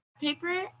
paper